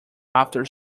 after